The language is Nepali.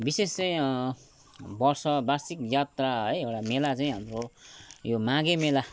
विशेष चाहिँ वर्ष वार्षिक यात्रा है एउटा मेला चाहिँ हाम्रो यो माघे मेला